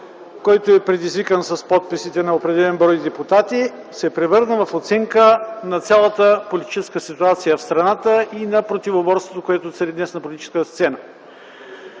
който е предизвикан с подписи на определен брой депутати, се превърна в оценка на цялата политическа ситуация в страната и на противоборството, което днес цари на политическата сцена.